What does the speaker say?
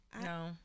No